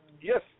Yes